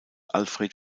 alfred